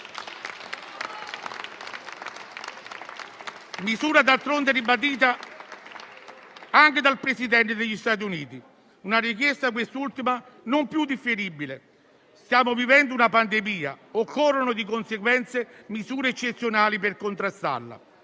misura è stata ribadita anche dal Presidente degli Stati Uniti; una richiesta, quest'ultima, non più differibile. Stiamo vivendo una pandemia; occorrono, di conseguenza, misure eccezionali per contrastarla.